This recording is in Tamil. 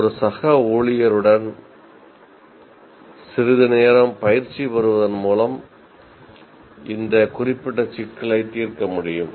ஒரு சக ஊழியருடன் சிறிது பயிற்சி பெறுவதன் மூலம் இந்த குறிப்பிட்ட சிக்கலை தீர்க்க முடியும்